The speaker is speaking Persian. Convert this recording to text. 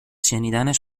شنیدنش